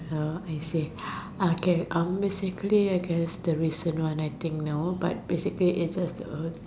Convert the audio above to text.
uh I see okay um basically I guess the recent one I think no but basically it's just a